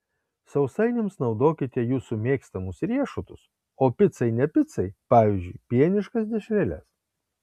sausainiams naudokite jūsų mėgstamus riešutus o picai ne picai pavyzdžiui pieniškas dešreles